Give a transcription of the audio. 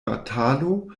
batalo